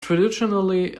traditionally